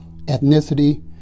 ethnicity